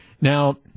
Now